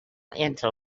into